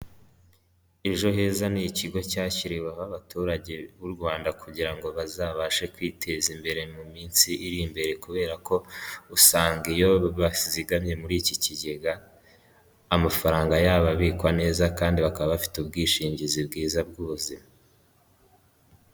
Ejo heza ni ikigo cyashyiriweho abaturage b'u Rwanda kugira ngo bazabashe kwiteza imbere mu minsi iri imbere kubera ko, usanga iyo bazigamye muri iki kigega amafaranga yabo abikwa neza kandi bakaba bafite ubwishingizi bwiza bw'ubuzima.